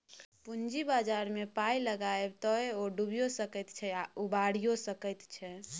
पूंजी बाजारमे पाय लगायब तए ओ डुबियो सकैत छै आ उबारियौ सकैत छै